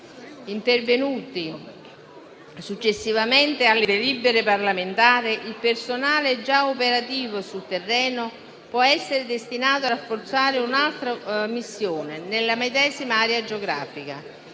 intervenuti successivamente alle delibere parlamentari. Il personale già operativo sul terreno può essere destinato a rafforzare un'altra missione nella medesima area geografica.